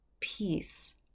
peace